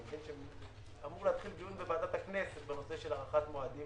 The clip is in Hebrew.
היום אמור להתחיל דיון בוועדת הכנסת בנושא הארכת מועדים.